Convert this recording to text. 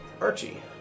Archie